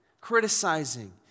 Criticizing